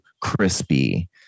crispy